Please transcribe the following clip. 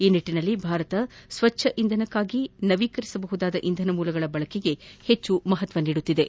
ಈ ನಿಟ್ಟಿನಲ್ಲಿ ಭಾರತ ಸ್ವಚ್ದ ಇಂಧನಕ್ಕಾಗಿ ನವೀಕರಿಸಬಹುದಾದ ಇಂಧನ ಮೂಲಗಳ ಬಳಕೆಗೆ ಹೆಚ್ಚು ಮಹತ್ವ ನೀಡುತ್ತಿದೆ